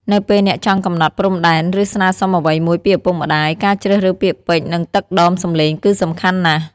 នៅពេលអ្នកចង់កំណត់ព្រំដែន ឬស្នើសុំអ្វីមួយពីឪពុកម្ដាយ ការជ្រើសរើសពាក្យពេចន៍ និងទឹកដមសំឡេងគឺសំខាន់ណាស់។